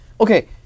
Okay